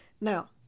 Now